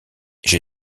j’ai